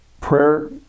prayer